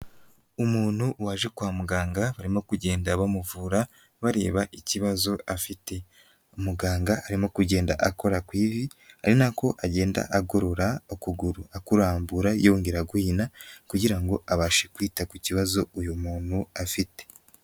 Umuntu waje kwa muganga barimo kugenda bamuvura bareba ikibazo afite, umuganga arimo kugenda akora ku ivi ari na ko agenda agorora ukuguru akurambura yongera aguhina kugira ngo abashe kwita ku kibazo uyu muntu afite.